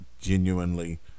genuinely